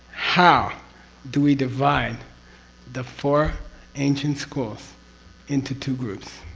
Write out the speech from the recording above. how do we divide the four ancient schools into two groups?